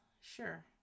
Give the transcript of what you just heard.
sure